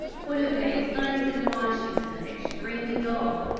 would have made times in washington extremely dull.